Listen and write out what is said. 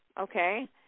Okay